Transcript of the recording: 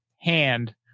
hand